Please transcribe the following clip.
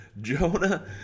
Jonah